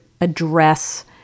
address